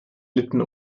litten